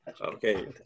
Okay